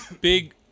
Big